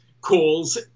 calls